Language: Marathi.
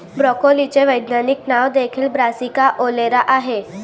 ब्रोकोलीचे वैज्ञानिक नाव देखील ब्रासिका ओलेरा आहे